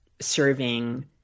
serving